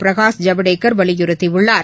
பிரகாஷ் ஜவடேகர் வலியுறுத்தியுள்ளார்